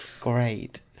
great